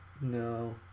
No